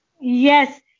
Yes